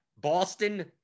Boston